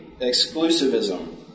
Exclusivism